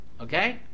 Okay